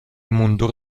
mundur